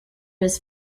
his